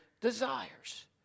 desires